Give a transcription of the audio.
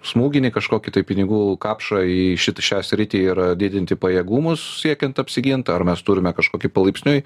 smūginį kažkokį tai pinigų kapšą į šitą šią sritį ir didinti pajėgumus siekiant apsigint ar mes turime kažkokį palaipsniui